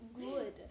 good